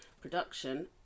production